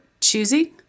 choosing